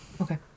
Okay